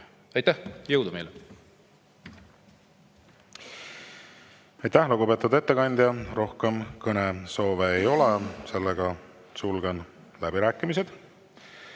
Aitäh! Jõudu meile! Aitäh, lugupeetud ettekandja! Rohkem kõnesoove ei ole, sulgen läbirääkimised.